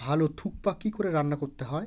ভালো থুকপা কী করে রান্না করতে হয়